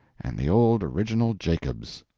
and the old original jacobs.